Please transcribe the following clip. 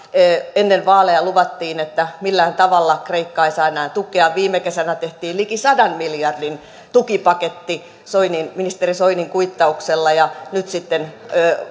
ennen vaaleja luvattiin että millään tavalla kreikka ei saa enää tukea viime kesänä tehtiin liki sadan miljardin tukipaketti ministeri soinin kuittauksella ja nyt sitten